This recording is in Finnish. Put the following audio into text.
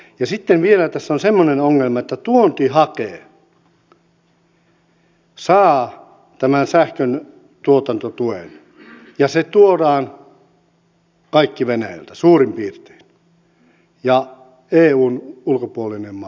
ja sitten vielä tässä on semmoinen ongelma että tuontihake saa tämän sähköntuotantotuen ja se tuodaan kaikki venäjältä suurin piirtein eun ulkopuolinen maa